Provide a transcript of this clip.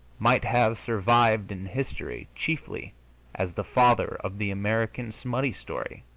might have survived in history chiefly as the father of the american smutty story